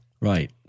Right